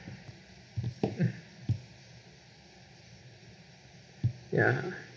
hmm ya